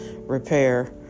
repair